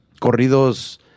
corridos